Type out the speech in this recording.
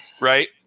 right